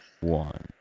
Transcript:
one